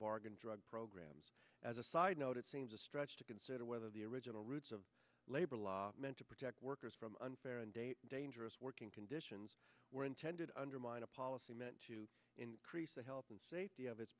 bargain drug programs as a side note it seems a stretch to consider whether the original roots of labor law meant to protect workers from unfair and a dangerous working conditions were intended undermine a policy meant to increase the health and safety of its